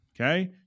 Okay